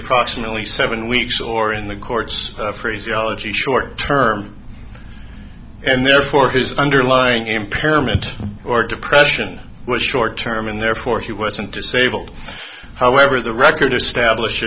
approximately seven weeks or in the court's phraseology short term and therefore his underlying impairment or depression was short term and therefore he wasn't disabled however the record